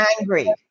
angry